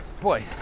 boy